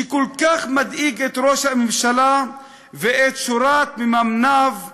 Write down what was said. שכל כך מדאיג את ראש הממשלה ואת שורת מממניו,